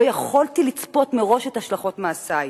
לא יכולתי לצפות מראש את השלכות מעשי.